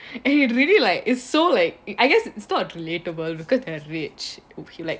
eh really like is so like I guess it's not too relatable because they are rich okay like